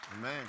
Amen